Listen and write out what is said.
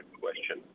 question